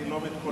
אני לא מתכונן,